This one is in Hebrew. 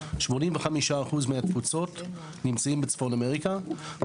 הם נמצאים בצפון אמריקה,